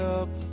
up